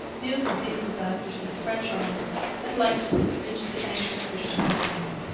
news of these disasters to the french arms at length reached the anxious british colonies.